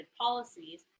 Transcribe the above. policies